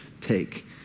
take